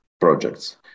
projects